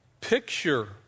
picture